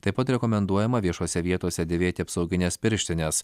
taip pat rekomenduojama viešose vietose dėvėti apsaugines pirštines